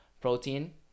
protein